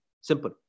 Simple